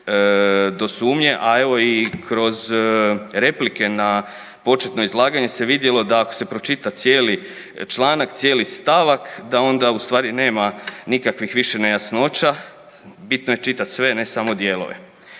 do sumnje. A evo i kroz replike na početno izlaganje se vidjelo da ako se pročita cijeli članak, cijeli stavak da onda ustvari nema nikakvih više nejasnoća, bitno je čitati sve ne samo dijelove.